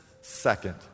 second